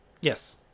Yes